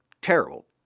terrible